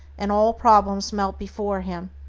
and all problems melt before him,